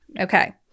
Okay